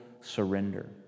surrender